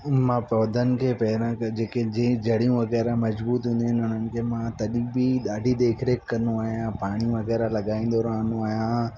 उन मां पौधनि खे पहिरां खां जेके जीअं जहिड़ियूं वग़ैरह मजबूत हूंदियूं आहिनि उन्हनि खे मां तॾहिं बि ॾाढी देखरेख कंदो आहियां पाणी वग़ैरह लॻाईंदो रहंदो आहियां